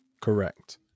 Correct